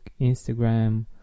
Instagram